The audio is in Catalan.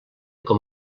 com